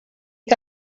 que